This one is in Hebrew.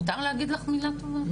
מותר להגיד לך מילה טובה?